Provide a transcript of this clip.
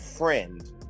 friend